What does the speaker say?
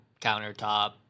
countertop